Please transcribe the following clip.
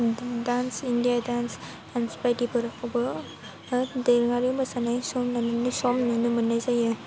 dance India dance dance बायदिफोरखौबो दोरोङारि मोसानाय समनि सम नुनो मोन्नाय जायो